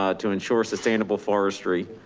um to ensure sustainable forestry.